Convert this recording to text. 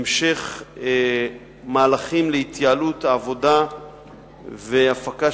המשך מהלכים להתייעלות העבודה והפקה